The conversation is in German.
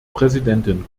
präsidentin